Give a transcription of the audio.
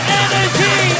energy